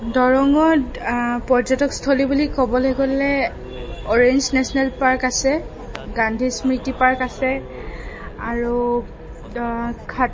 দৰঙত পৰ্যটকস্থলী বুলি ক'বলে গ'লে অৰেঞ্জ নেশ্যনেল পাৰ্ক আছে গান্ধী স্মৃতি পাৰ্ক আছে আৰু খাত